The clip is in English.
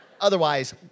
Otherwise